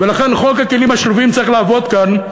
לכן חוק הכלים השלובים צריך לעבוד כאן.